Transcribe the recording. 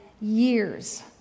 years